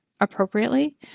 appropriately